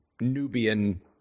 Nubian